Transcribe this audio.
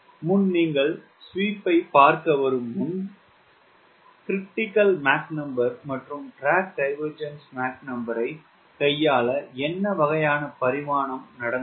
முன் நீங்கள் ஸ்வீப் பார்க்க வரும் முன் 𝑀CR மற்றும் MDD கையாள என்ன வகையான பரிணாமம் நடந்தது